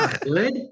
Good